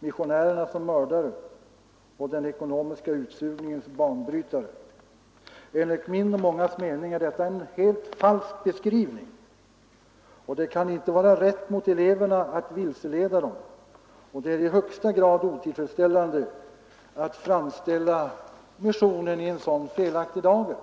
missionärerna som mördare och den ekonomiska utsugningens banbrytare. Enligt min och mångas mening är detta en helt falsk beskrivning, och det kan inte vara rätt mot eleverna att vilseleda dem, och det är i högsta grad otillfredsställande att framställa missionen i en sådan felaktig dager.